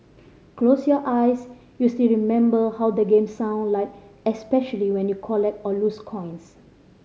close your eyes you'll still remember how the game sound like especially when you collect or lose coins